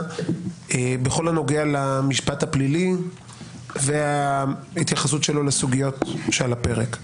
בכל הנוגע למשפט הפלילי וההתייחסות שלו לסוגיות שעל הפרק.